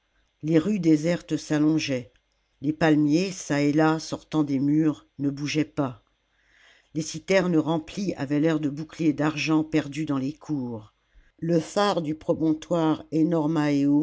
les rues désertes s'allongeaient les palmiers çà et là sortant des murs ne bougeaient pas les citernes remplies avaient l'air de boucliers d'argent perdus dans les cours le phare du promontoire